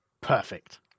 Perfect